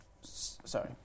Sorry